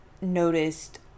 noticed